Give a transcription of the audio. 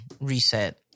reset